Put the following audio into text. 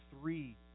three